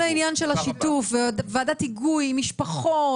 כל העניין של שיתוף וועדת היגוי עם משפחות,